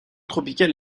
tropical